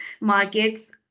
markets